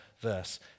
verse